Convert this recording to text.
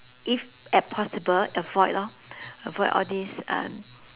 if at possible avoid lor avoid all these um